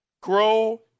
Grow